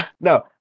No